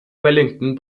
wellington